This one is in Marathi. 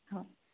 हो